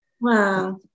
Wow